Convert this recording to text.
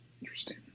Interesting